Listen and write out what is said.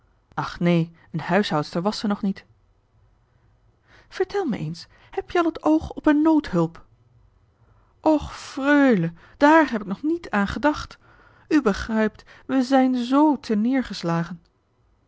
ach neen een huishoudster was zij nog niet vertel me eens heb je al het oog op een noodhulp och freule dààr heb ik nog niet aan gedacht u begrijpt we zijn z